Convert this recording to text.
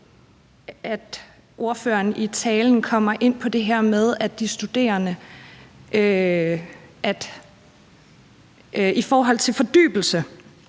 ordføreren kommer ind på det her med de studerendes tid til fordybelse.